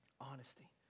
Honesty